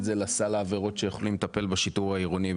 זה לסל העבירות שיכולים לטפל בשיטור העירוני,